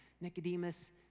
Nicodemus